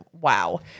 wow